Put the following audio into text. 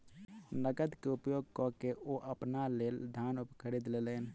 नकद के उपयोग कअ के ओ अपना लेल धान खरीद लेलैन